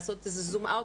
לעשות איזה zoom out,